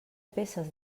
peces